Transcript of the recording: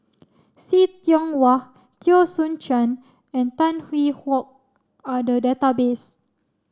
See Tiong Wah Teo Soon Chuan and Tan Hwee Hock are the database